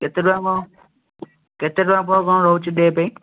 କେତେ ଟଙ୍କା କ'ଣ କେତେ ଟଙ୍କା ପର୍ କ'ଣ ରହୁଛି ଡେ ପାଇଁ